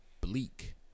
bleak